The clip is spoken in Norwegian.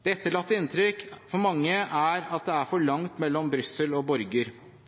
Det etterlatte inntrykk for mange er at det er for langt mellom Brussel og borger,